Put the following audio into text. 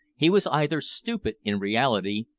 he was either stupid in reality,